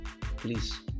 Please